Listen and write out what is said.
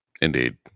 indeed